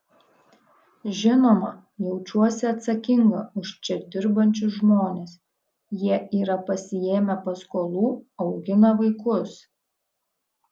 žinoma jaučiuosi atsakinga už čia dirbančius žmones jie yra pasiėmę paskolų augina vaikus